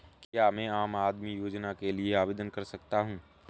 क्या मैं आम आदमी योजना के लिए आवेदन कर सकता हूँ?